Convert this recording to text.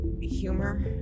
humor